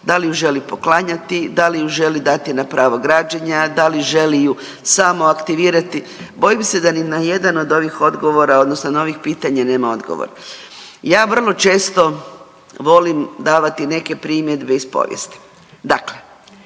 da li ju želi poklanjati, da li ju želi dati na pravo građenja, da li želi ju samo aktivirati, bojim se da na nijedan od ovih odgovora odnosno na ovih pitanja nema odgovor. Ja vrlo često volim davati neke primjedbe iz povijesti.